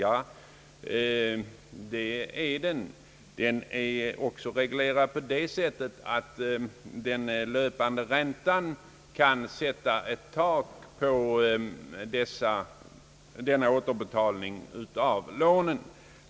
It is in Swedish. Ja, det är riktigt — den är också reglerad på det sättet att den löpande räntan kan sätta ett tak när det gäller återbetalning av lånen.